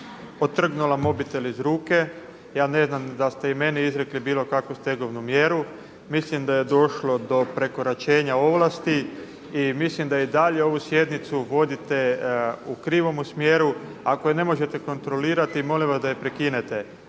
otrgnula mobitel iz ruke. Ja ne znam da ste i meni izrekli bilo kakvu stegovnu mjeru. Mislim da je došlo do prekoračenja ovlasti i mislim da i dalje ovu sjednicu vodite u krivomu smjeru. Ako je ne možete kontrolirati molim vas da je prekinete,